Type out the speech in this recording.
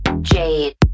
Jade